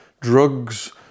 drugs